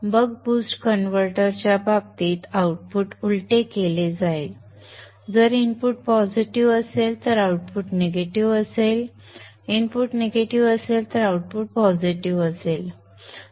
बक boost कन्व्हर्टरच्या बाबतीत output उलटे केले जाईल जर इनपुट पॉझिटिव्ह असेल तर आउटपुट निगेटिव्ह असेल इनपुट निगेटिव्ह असेल तर आउटपुट पॉझिटिव्ह असेल